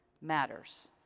matters